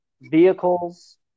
vehicles